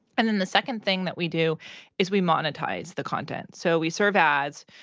and then the second thing that we do is we monetize the content. so we serve ads.